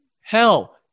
Hell